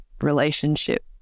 relationship